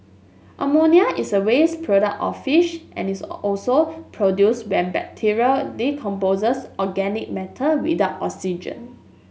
ammonia is a waste product of fish and is also produced when bacteria decomposes organic matter without oxygen